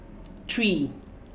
three